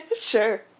Sure